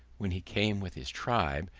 when he came with his tribe,